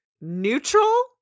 neutral